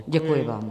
Děkuji vám.